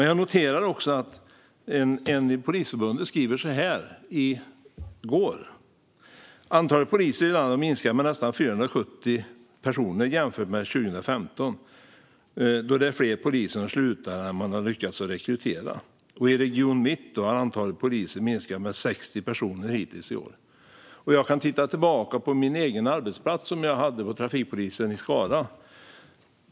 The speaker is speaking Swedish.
Jag noterade att en person vid Polisförbundet i går sa att antalet poliser i landet har minskat med nästan 470 jämfört med 2015, då det är fler poliser som slutar än vad man har lyckats att rekrytera, samt att antalet poliser i Region mitt har minskat med 60 hittills i år. Jag kan titta tillbaka på min egen arbetsplats på trafikpolisen i Skara.